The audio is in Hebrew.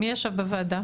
מי ישב בוועדה?